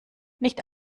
nicht